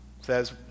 says